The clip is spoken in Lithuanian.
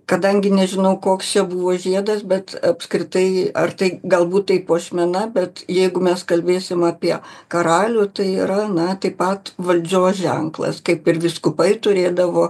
kadangi nežinau koks čia buvo žiedas bet apskritai ar tai galbūt tai puošmena bet jeigu mes kalbėsim apie karalių tai yra na taip pat valdžios ženklas kaip ir vyskupai turėdavo